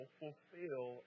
fulfill